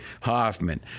Hoffman